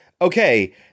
okay